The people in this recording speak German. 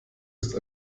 ist